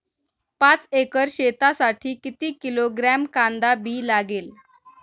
पाच एकर शेतासाठी किती किलोग्रॅम कांदा बी लागेल?